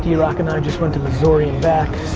yeah drock and i just went to missouri and back.